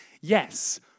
yes